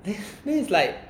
then is like